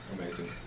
Amazing